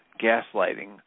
gaslighting